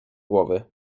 głowy